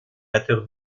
batteur